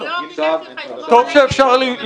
אני לא ביקשתי ממך לסמוך עליי --- טוב שאפשר לסמוך